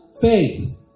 faith